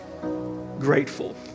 grateful